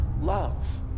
love